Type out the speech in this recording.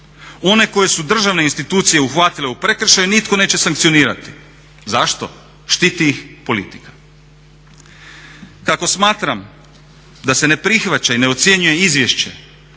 One koje su državne institucije uhvatile u prekršaju nitko neće sankcionirati. Zašto? Štiti ih politika. Kako smatram da se ne prihvaća i ne ocjenjuje izvješće